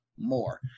more